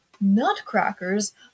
nutcrackers